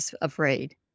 afraid